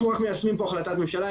אנחנו רק מיישמים פה החלטת ממשלה,